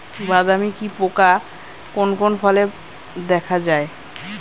বাদামি কি পোকা কোন কোন ফলে দেখা যায়?